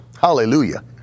Hallelujah